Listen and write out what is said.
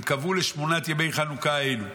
הם קבעו לשמונת ימי חנוכה האלו.